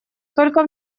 только